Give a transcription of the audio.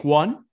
one